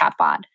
chatbot